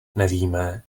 nevíme